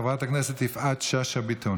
חברת הכנסת יפעת שאשא ביטון